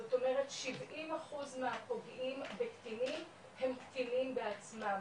זאת אומרת 70 אחוז מהפוגעים בקטינים הם קטינים בעצמם